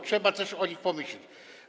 Trzeba też o nich pomyśleć.